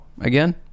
again